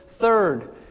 Third